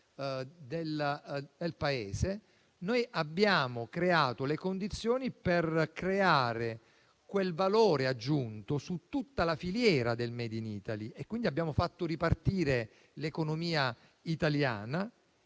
del Paese noi abbiamo creato le condizioni per creare quel valore aggiunto su tutta la filiera del *made in Italy*. Abbiamo così fatto ripartire l'economia italiana,